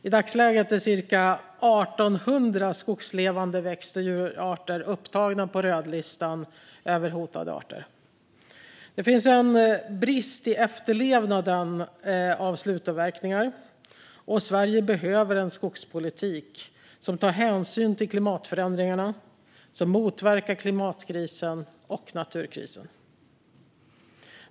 I dagsläget är cirka 1 800 skogslevande växt och djurarter upptagna på rödlistan över hotade arter. Det finns brister i efterlevnaden i fråga om slutavverkningar. Sverige behöver en skogspolitik som tar hänsyn till klimatförändringarna och som motverkar klimatkrisen och naturkrisen.